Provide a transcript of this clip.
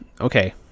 Okay